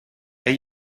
aet